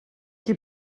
qui